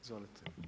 Izvolite.